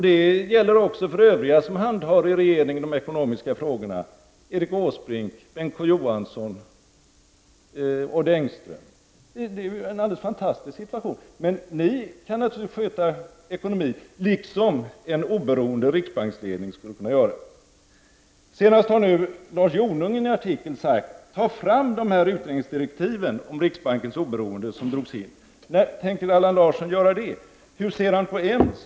Det gäller även de övriga som handhar de ekonomiska frågorna inom regeringen: Erik Åsbrink, Bengt K Å Johansson, Odd Engström. Det är ju en alldeles fantastisk situation! Ni kan naturligtvis sköta ekonomi, liksom en oberoende riksbanksledning skulle kunna göra det. Det var nu senast Lars Jonung som i en artikel sade: Ta fram de utredningsdirektiv om riksbankens oberoende som drogs in! När tänker Allan Larsson göra det? Hur ser han på EMS?